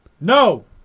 No